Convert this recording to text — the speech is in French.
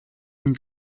mille